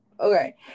Okay